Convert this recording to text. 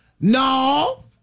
No